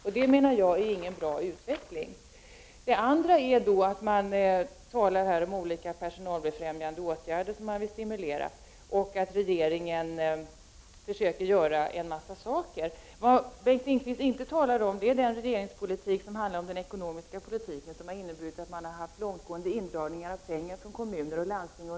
Det är, menar jag, ingen bra utveckling. I svaret talas om att man vill stimulera till olika personalfrämjande åtgärder och att regeringen försöker göra en massa saker. Vad Bengt Lindqvist däremot inte talar om är regeringens ekonomiska politik, som inneburit att man under en lång rad år gjort långtgående indragningar av pengar från kommuner och landsting.